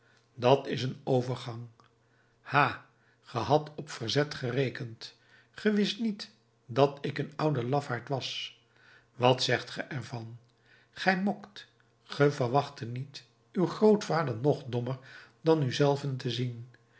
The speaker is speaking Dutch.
dat is een overgang ha ge hadt op verzet gerekend ge wist niet dat ik een oude lafaard was wat zegt ge ervan gij mokt ge verwachtet niet uw grootvader nog dommer dan u zelven te zien